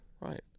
Right